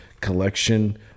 collection